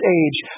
age